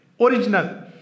Original